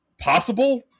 possible